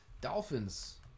Dolphins